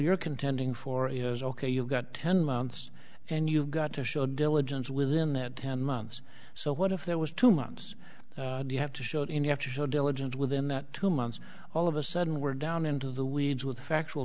contending for is ok you've got ten months and you've got to show diligence within that ten months so what if there was two months you have to show him you have to show diligence within that two months all of a sudden we're down into the weeds with factual